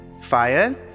fire